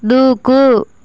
దూకు